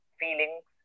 feelings